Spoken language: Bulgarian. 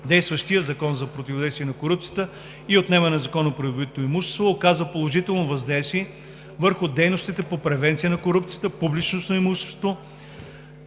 действащият Закон за противодействие на корупцията и за отнемане на незаконно придобитото имущество оказва положително въздействие върху дейностите по превенция на корупцията, публичност на имущественото